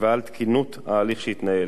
ועל תקינות ההליך שיתנהל.